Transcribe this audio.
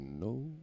no